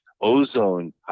ozone